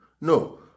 No